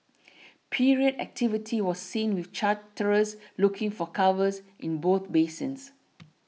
period activity was seen with charterers looking for covers in both basins